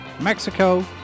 Mexico